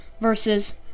Versus